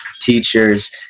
teachers